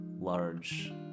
large